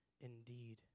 indeed